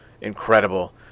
incredible